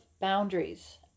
boundaries